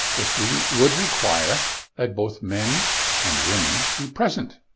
this would require that both men and women be present.